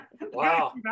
Wow